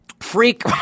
Freak